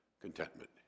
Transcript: contentment